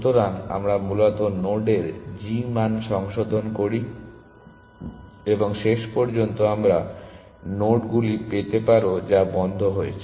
সুতরাং আমরা মূলত নোডের g মান সংশোধন করি এবং শেষ পর্যন্ত তোমরা নোডগুলি পেতে পারো যা বন্ধ রয়েছে